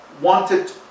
wanted